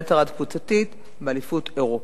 ומדליית ארד קבוצתית באליפות אירופה.